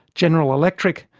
general electric,